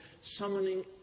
summoning